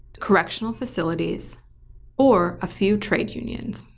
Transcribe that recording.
correctional facilities or a few trade unions.